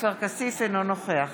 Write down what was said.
אינו נוכח